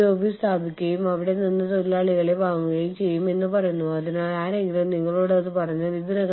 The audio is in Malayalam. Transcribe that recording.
മാതൃരാജ്യത്തിന്റെയും നടപടിക്രമങ്ങളുടെയും നയങ്ങളുടെയും സ്റ്റാൻഡേർഡൈസേഷൻ അല്ലെങ്കിൽ പൊരുത്തപ്പെടുത്തൽ മറ്റൊരു പ്രശ്നമാണ്